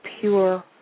pure